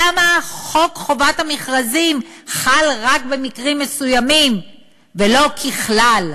למה חוק חובת המכרזים חל רק במקרים מסוימים ולא ככלל?